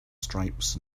stripes